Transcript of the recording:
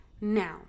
Now